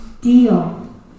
deal